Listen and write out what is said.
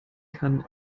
kann